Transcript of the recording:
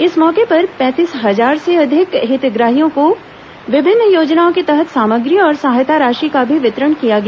इस मौके पर पैंतीस हजार से अधिक हितग्राहियों को विभिन्न योजनाओं के तहत सामग्री और सहायता राशि का भी वितरण किया गया